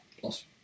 Plus